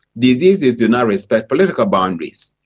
diseases do not respect political boundaries,